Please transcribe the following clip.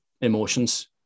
emotions